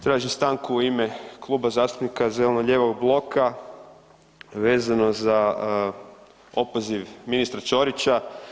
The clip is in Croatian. Tražim stanku u ime Kluba zastupnika zeleno-lijevog bloka vezano za opoziv ministra Ćorića.